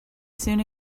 soon